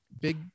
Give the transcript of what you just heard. big